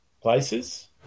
places